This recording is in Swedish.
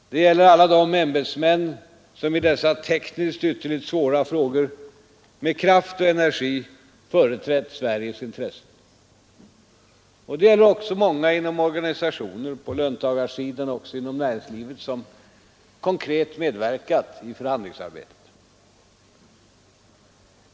Det gäller alla de ämbetsmän som i dessa tekniskt ytterligt svåra frågor med kraft och energi företrätt Sverige intressen. Det gäller också många inom Organisationer både på löntagarsidan och inom näringslivet som konkret medverkat i förhandlingsarbetet.